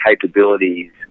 capabilities